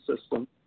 system